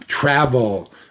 travel